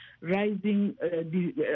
rising